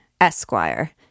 Esquire